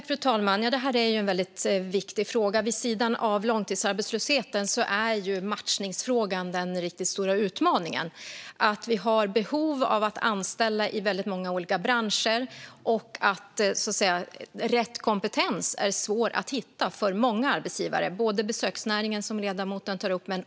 Fru talman! Det här är en viktig fråga. Vid sidan av långtidsarbetslösheten är matchningsfrågan den riktigt stora utmaningen. Många olika branscher har behov av att anställa, och många arbetsgivare har svårt att hitta rätt kompetens. Det gäller bland annat besöksnäringen, som ledamoten tar upp.